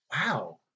Wow